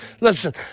Listen